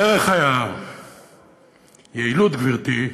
ערך היעילות, גברתי,